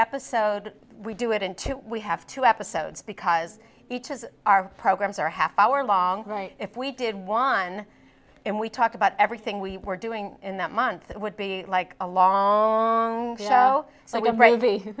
episode we do it in two we have two episodes because each is our programs are half hour long right if we did one and we talked about everything we were doing in that month that would be like a long s